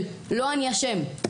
לא אני אשם,